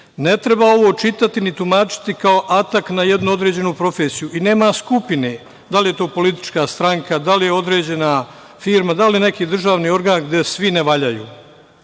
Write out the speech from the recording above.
treba ovo čitati ni tumačiti kao atak na jednu određenu profesiju i nema skupine da li je to politička stranka, da li je određena firma, da li neki državni organ gde svi ne valjaju.